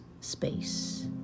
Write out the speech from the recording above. space